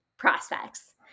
prospects